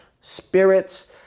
spirits